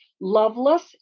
Loveless